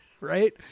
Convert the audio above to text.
right